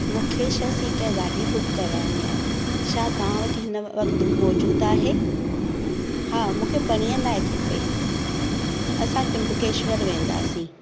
मूंखे छह सीट गाॾी बुक कराइणी आहे छा तव्हां वटि हिन वक़्तु मौजूदु आहे हा मूंखे परीह लाइ खपे असां त्र्यंबकेश्वर वेंदासीं